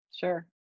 Sure